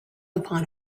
upon